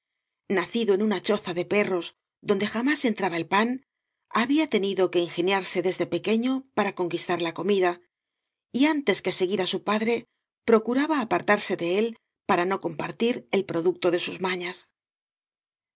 nacido en una choza de perros donde jamás entraba el pan había tenido que ingeniarse desde pequeño para conquistar la comida y antes que seguir á su padre procuraba apartarse de él para no compartir el producto de sus mañas